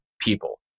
people